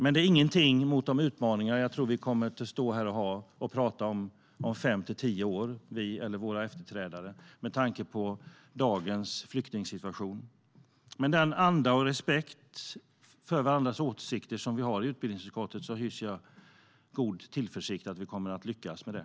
Men det är ingenting mot de utmaningar som jag tror att vi om fem tio år kommer att stå här och prata om, vi eller våra efterträdare, med tanke på dagens flyktingsituation. Men med den anda av respekt för varandras åsikter som vi har i utbildningsutskottet hyser jag god tillförsikt om att vi kommer att lyckas med det.